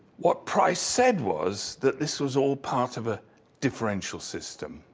what price said was that this was all part of a differential system.